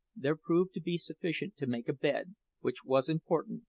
there proved to be sufficient to make a bed which was important,